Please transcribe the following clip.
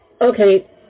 okay